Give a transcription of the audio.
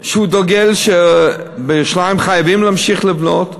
שהוא דוגל בכך שבירושלים חייבים להמשיך לבנות.